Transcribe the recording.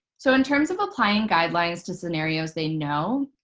so in terms of applying guidelines to scenarios they know,